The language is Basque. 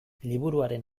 liburuaren